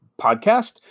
podcast